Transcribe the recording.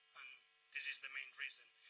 this is the main reason.